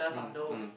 mm mm